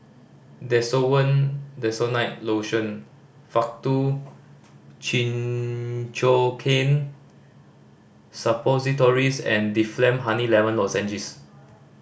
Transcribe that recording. Desowen Desonide Lotion Faktu Cinchocaine Suppositories and Difflam Honey Lemon Lozenges